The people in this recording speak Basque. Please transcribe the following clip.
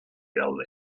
daude